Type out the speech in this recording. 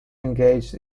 engaged